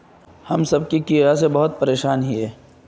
हम सब की कीड़ा से बहुत परेशान हिये?